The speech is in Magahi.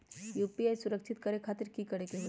यू.पी.आई सुरक्षित करे खातिर कि करे के होलि?